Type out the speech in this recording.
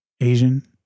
Asian